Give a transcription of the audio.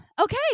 okay